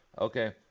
okay